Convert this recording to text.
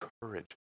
courage